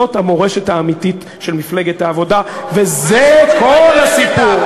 זאת המורשת האמיתית של מפלגת העבודה וזה כל הסיפור.